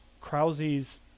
Krause's